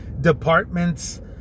departments